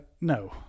no